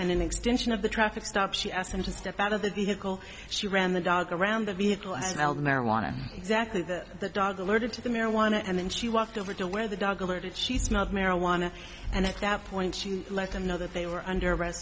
is an extension of the traffic stop she asked him to step out of the vehicle she ran the dog around the vehicle as well marijuana exactly that the dog alerted to the marijuana and then she walked over to where the dog alerted she smelled marijuana and at that point she let him know that they were under a